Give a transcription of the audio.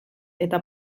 eta